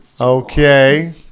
Okay